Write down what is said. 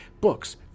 Books